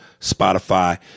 Spotify